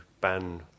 ban